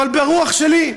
אבל ברוח שלי.